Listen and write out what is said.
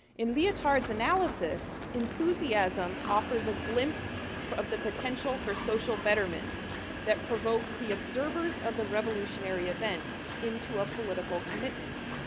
in leotard's analysis, enthusiasm offers a glimpse of the potential for social betterment that provokes the observers of the revolutionary event into a political commitment.